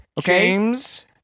James